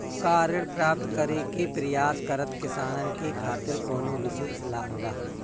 का ऋण प्राप्त करे के प्रयास करत किसानन के खातिर कोनो विशेष लाभ बा